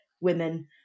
women